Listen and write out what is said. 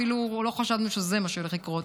אפילו לא חשבנו שזה מה שהולך לקרות,